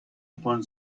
upon